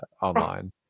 online